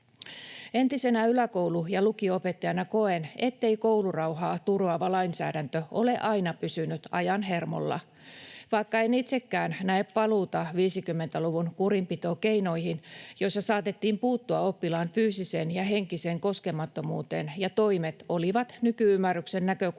Entisenä yläkoulu- ja lukio-opettajana koen, ettei koulurauhaa turvaava lainsäädäntö ole aina pysynyt ajan hermolla. Vaikka en itsekään näe paluuta 50-luvun kurinpitokeinoihin, joilla saatettiin puuttua oppilaan fyysiseen ja henkiseen koskemattomuuteen ja jotka olivat nyky-ymmärryksen näkökulmasta